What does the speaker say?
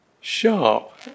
sharp